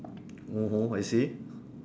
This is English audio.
mmhmm I see